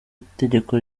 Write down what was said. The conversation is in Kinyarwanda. itegeko